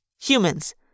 Humans